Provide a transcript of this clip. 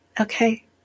Okay